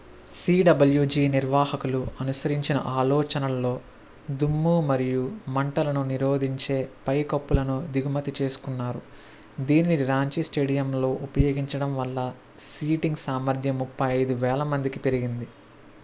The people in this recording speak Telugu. సిడబల్యుజి నిర్వాహకులు అనుసరించిన ఆలోచనల్లో దుమ్ము మరియు మంటలను నిరోధించే పై కప్పులను దిగుమతి చేసుకున్నారు దీనిని రాంచీ స్టేడియంలో ఉపయోగించడం వల్ల సీటింగ్ సామర్థ్యం ముప్పై ఐదు వేల మందికి పెరిగింది